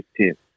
tip